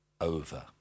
over